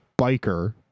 biker